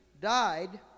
died